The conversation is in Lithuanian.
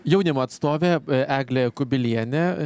jaunimo atstovė eglė kubilienė